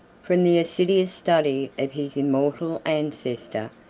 from the assiduous study of his immortal ancestor,